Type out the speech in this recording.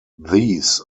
these